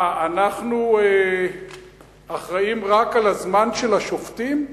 מה, אנחנו אחראים רק לזמן של השופטים?